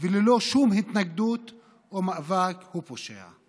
וללא שום התנגדות או מאבק הוא פושע.